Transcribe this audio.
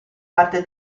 parte